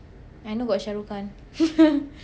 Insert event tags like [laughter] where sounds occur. I know got Shah Rukh Khan [laughs]